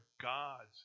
God's